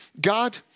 God